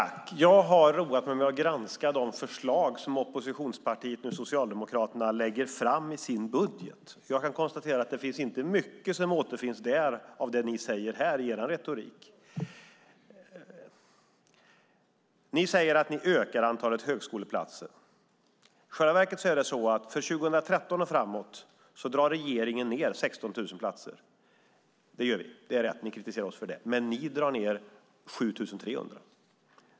Herr talman! Jag har roat mig med att granska de förslag som oppositionspartiet Socialdemokraterna lägger fram i sin budget. Jag kan konstatera att det inte återfinns mycket där av det ni säger här i er retorik. Ni säger att ni ökar antalet högskoleplatser. För 2013 och framåt drar regeringen ned 16 000 platser. Det gör vi, och ni kritiserar oss för det. Men ni drar ned 7 300.